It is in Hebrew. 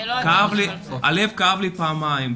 הלב כאב לי פעמיים,